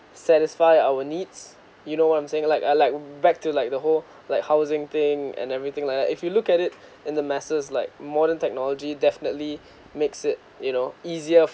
satisfy our needs you know what I'm saying like I like back to like the whole like housing thing and everything like that if you look at it in the masses like modern technology definitely makes it you know easier